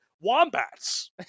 Wombats